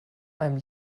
einem